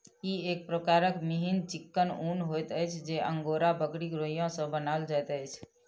ई एक प्रकारक मिहीन चिक्कन ऊन होइत अछि जे अंगोरा बकरीक रोंइया सॅ बनाओल जाइत अछि